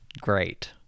great